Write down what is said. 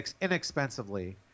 inexpensively